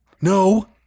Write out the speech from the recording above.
No